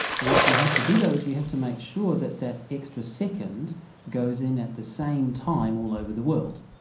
what we have to do though is we have to make sure that that extra second goes in at the same time all over the world.